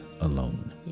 alone